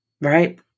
right